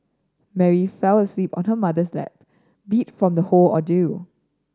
Mary fell asleep on her mother's lap beat from the whole ordeal